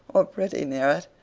or pretty near it.